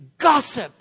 gossip